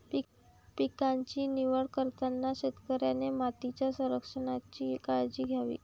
पिकांची निवड करताना शेतकऱ्याने मातीच्या संरक्षणाची काळजी घ्यावी